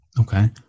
Okay